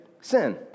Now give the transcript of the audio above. sin